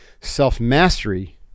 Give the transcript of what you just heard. self-mastery